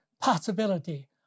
possibility